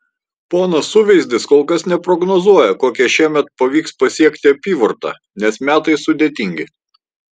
ponas suveizdis kol kas neprognozuoja kokią šiemet pavyks pasiekti apyvartą nes metai sudėtingi